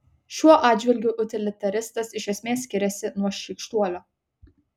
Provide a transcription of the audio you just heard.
šiuo atžvilgiu utilitaristas iš esmės skiriasi nuo šykštuolio